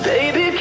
Baby